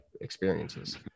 experiences